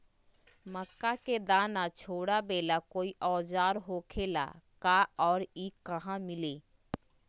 मक्का के दाना छोराबेला कोई औजार होखेला का और इ कहा मिली?